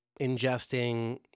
ingesting